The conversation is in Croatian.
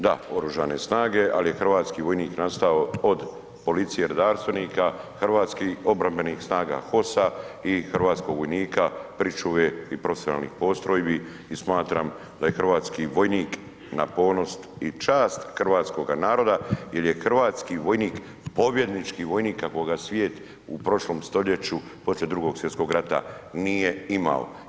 Da, Oružane snage, ali je hrvatski vojnik nastao od policije, redarstvenika, Hrvatskih obrambenih snaga HOS-a i hrvatskog vojnika pričuve i profesionalnih postrojbi i smatram da je hrvatski vojnik na ponos i čast hrvatskoga naroda jer je hrvatski vojnik pobjednički vojnik kakvoga svijet u prošlom stoljeću poslije Drugog svjetskog rata nije imao.